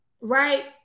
right